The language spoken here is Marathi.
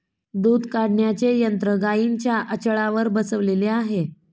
दूध काढण्याचे यंत्र गाईंच्या आचळावर बसवलेले आहे